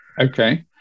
okay